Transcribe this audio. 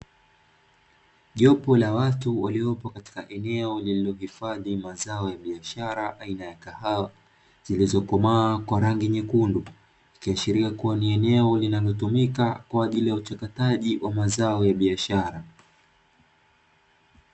Jopo la watu waliopo katika eneo lililohifadhi mazao ya biashara aina ya kahawa, zilizokomaa kwa rangi nyekundu, ikiashiria kuwa ni eneo linalotumika kwa ajili ya uchakataji wa mazao ya biashara.